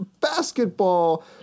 basketball